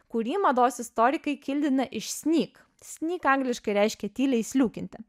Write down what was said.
kurį mados istorikai kildina iš snyk snyk angliškai reiškia tyliai sliūkinti